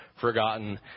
forgotten